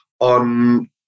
on